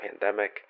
pandemic